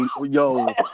Yo